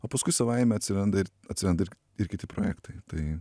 o paskui savaime atsiranda ir atsiranda ir ir kiti projektai tai